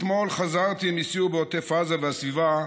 אתמול חזרתי מסיור בעוטף עזה והסביבה,